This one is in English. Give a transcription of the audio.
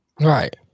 Right